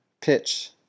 pitch